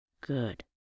Good